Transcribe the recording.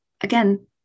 again